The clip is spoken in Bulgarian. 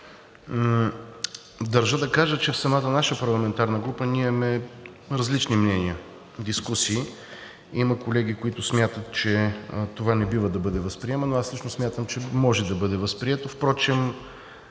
Държа да кажа, че в самата наша парламентарна група ние имаме различни мнения, дискусии. Има колеги, които смятат, че това не бива да бъде възприемано. Аз всъщност смятам, че може да бъде възприето. Впрочем,